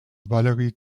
valerie